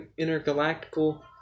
Intergalactical